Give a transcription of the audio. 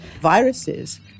viruses